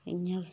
इ'यां गै